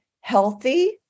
healthy